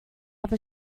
have